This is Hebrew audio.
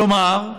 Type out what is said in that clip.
כלומר,